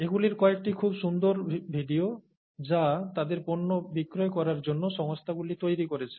এগুলির কয়েকটি খুব সুন্দর ভিডিও যা তাদের পণ্য বিক্রয় করার জন্য সংস্থাগুলি তৈরি করেছে